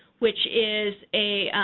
which is a.